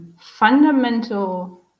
Fundamental